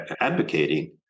advocating